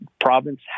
province